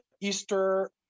Easter